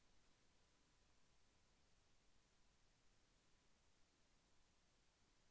ఋణము పెట్టుకున్న వాయిదాలలో చెల్లించకపోతే ఎలాంటి చర్యలు తీసుకుంటారు?